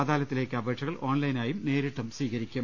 അദാലത്തിലേക്ക് അപേക്ഷകൾ ഓൺലൈനായും നേരിട്ടും സ്വീകരിക്കും